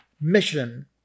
mission